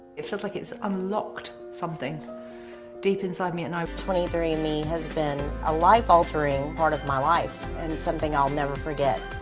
it feels like it's unlocked something deep inside me and i've twenty three andme has been a life altering part of my life and something i'll never forget.